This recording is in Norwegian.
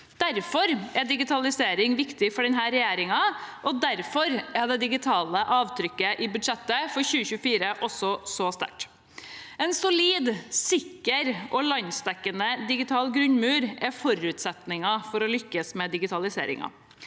Derfor er digitalisering viktig for denne regjerningen, og derfor er det digitale avtrykket i budsjettet for 2024 også så sterkt. En solid, sikker og landsdekkende digital grunnmur er forutsetningen for å lykkes med digitaliseringen.